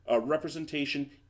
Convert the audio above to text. representation